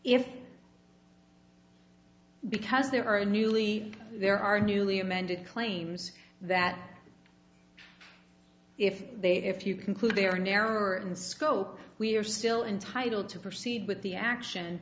if because there are a newly there are newly amended claims that if they if you conclude they are narrower in scope we are still entitled to proceed with the action